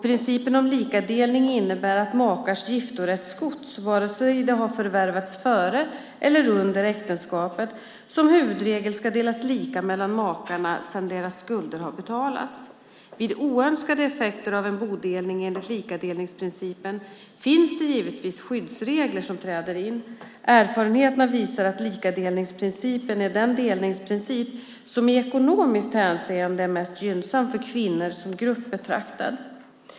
Principen om likadelning innebär att makars giftorättsgods - vare sig det har förvärvats före eller under äktenskapet - som huvudregel ska delas lika mellan makarna sedan deras skulder har betalats. Vid oönskade effekter av en bodelning enligt likadelningsprincipen finns det givetvis skyddsregler som träder in. Erfarenheterna visar att likadelningsprincipen är den delningsprincip som i ekonomiskt hänseende är mest gynnsam för kvinnor som grupp betraktad.